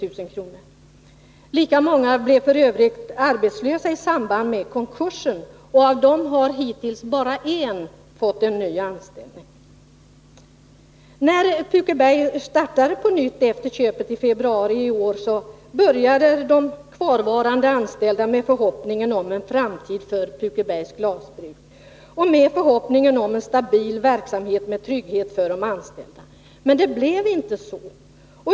Lika 13 många blev f. ö. arbetslösa i samband med konkursen, och av dessa har hittills bara en person fått ny anställning. När Pukeberg startade på nytt efter köpet i februari i år och de kvarvarande anställda återigen började arbeta, så var det med förhoppningen om en framtid för Pukebergs Glasbruk samt om en stabil verksamhet med trygghet för de anställda. Det blev emellertid inte så.